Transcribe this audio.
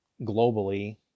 globally